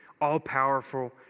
all-powerful